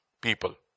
people